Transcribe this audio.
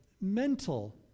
mental